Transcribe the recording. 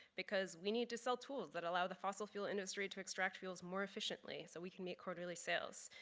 because we need to sell tools that allow the fossil fuel industry to extract fuels more efficiently so we can meet quarterly sales.